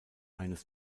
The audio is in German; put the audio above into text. eines